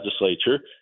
legislature